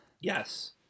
Yes